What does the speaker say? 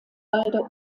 beide